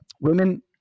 women